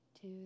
two